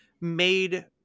made